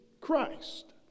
Christ